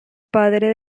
padre